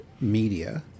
media